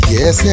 Yes